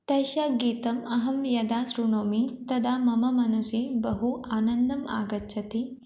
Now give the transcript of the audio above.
तस्य गीतम् अहं यदा शृणोमि तदा मम मनसि बहु आनन्दम् आगच्छति